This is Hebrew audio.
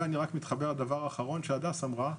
ורק אני אתחבר לדבר האחרון שהדס אמרה,